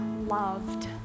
loved